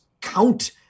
count